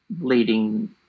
leading